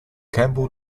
campbell